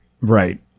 Right